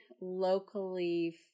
locally